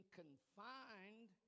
confined